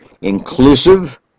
inclusive